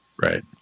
Right